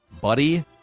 Buddy